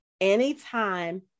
anytime